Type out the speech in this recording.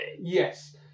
Yes